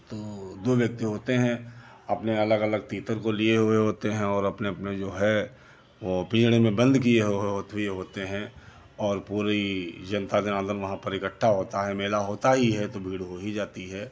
तो दो व्यक्ति होते हैं अपने अलग अलग तीतर को लिए हुए होते हैं और अपने अपने जो है वो पेड़ में बंद किए हो हो किए होते हैं और पूरी जनता जनार्दन वहाँ पे इकठ्ठा होता है मेला होता ही है तो भीड़ हो ही जाती है